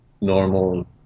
normal